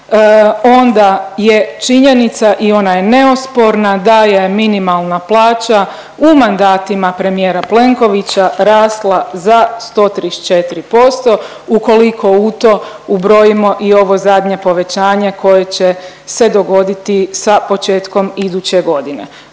onda je činjenica i ona je neosporna da je minimalna plaća u mandatima premijera Plenkovića rasla za 134% ukoliko u to ubrojimo i ovo zadnje povećanje koje će se dogoditi sa početkom iduće godine,